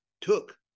took